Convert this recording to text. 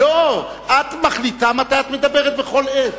את מחליטה מתי את מדברת בכל עת,